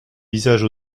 visages